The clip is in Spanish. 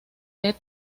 ted